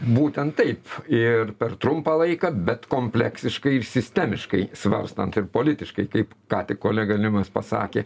būtent taip ir per trumpą laiką bet kompleksiškai ir sistemiškai svarstant ir politiškai kaip ką tik kolega limas pasakė